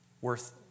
worth